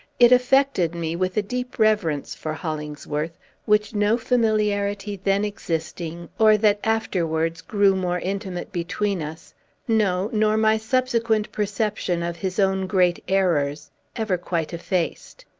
it affected me with a deep reverence for hollingsworth, which no familiarity then existing, or that afterwards grew more intimate between us no, nor my subsequent perception of his own great errors ever quite effaced.